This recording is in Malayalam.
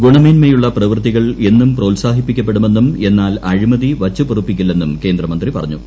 ഗുണമേന്മയുള്ള പ്രവൃത്തികൾ എന്നും പ്രോത്സാഹിപ്പിക്കപ്പെടുമെന്നും എന്നാൽ അഴിമതി വച്ച് പൊറുപ്പിക്കില്ലെന്നും കേന്ദ്രമന്ത്രി പറഞ്ഞു